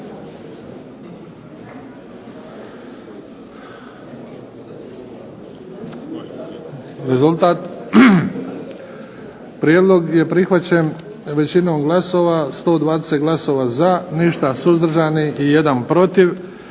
Rezultat. Prijedlog je prihvaćen većinom glasova, 120 glasova za, ništa suzdržani i 1 protiv.